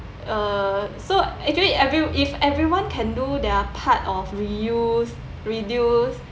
uh so actually every if everyone can do their part of reuse reduce